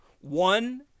one